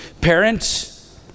parents